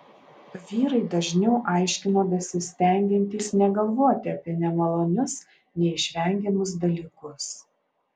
vyrai dažniau aiškino besistengiantys negalvoti apie nemalonius neišvengiamus dalykus